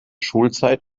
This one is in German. schulzeit